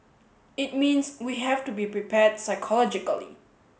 it means we have to be prepared psychologically